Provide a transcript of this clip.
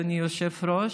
אדוני היושב-ראש,